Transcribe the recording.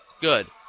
good